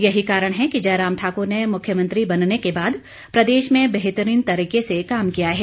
यही कारण है कि जयराम ठाकुर ने मुख्यमंत्री बनने के बाद प्रदेश में बेहतरीन तरीके से काम किया है